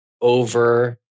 over